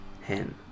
Hen